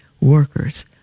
workers